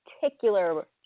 particular